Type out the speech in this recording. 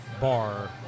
bar